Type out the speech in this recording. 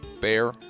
Bear